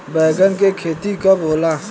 बैंगन के खेती कब होला?